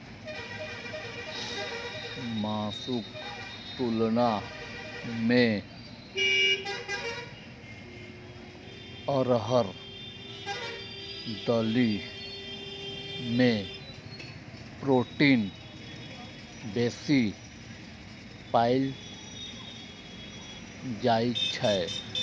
मासुक तुलना मे अरहर दालि मे प्रोटीन बेसी पाएल जाइ छै